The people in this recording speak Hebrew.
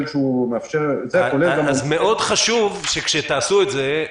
שמאפשר -- אז מאוד חשוב שכשתעשו את זה,